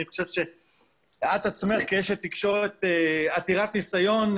את עצמך כאשת תקשורת עתירת ניסיון,